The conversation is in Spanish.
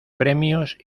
premios